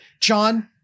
John